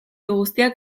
guztiak